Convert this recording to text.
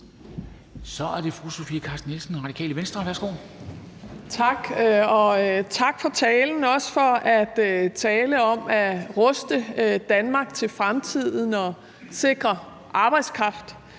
Så er det fru Sofie Carsten Nielsen, Radikale Venstre. Værsgo. Kl. 10:11 Sofie Carsten Nielsen (RV): Tak. Tak for talen og også for at tale om at ruste Danmark til fremtiden og at sikre arbejdskraft.